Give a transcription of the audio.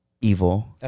evil